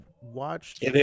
watched